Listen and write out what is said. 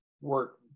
work